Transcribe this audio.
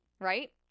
Right